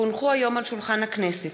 כי הונחו היום על שולחן הכנסת,